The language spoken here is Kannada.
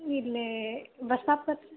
ಇಲ್ಲೇ ಬಸ್ ಸ್ಟಾಪ್ ಹತ್ತಿರ